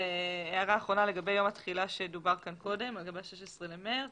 הערה אחרונה לגבי יום התחילה, ה-16 במארס.